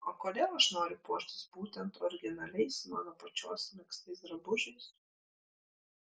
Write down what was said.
o kodėl aš noriu puoštis būtent originaliais mano pačios megztais drabužiais